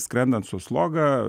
skrendant su sloga